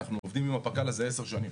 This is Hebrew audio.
אנחנו עובדים עם הפק"ל הזה עשר שנים